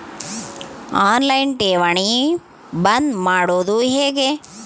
On line ಠೇವಣಿ ಬಂದ್ ಮಾಡೋದು ಹೆಂಗೆ?